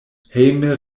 hejme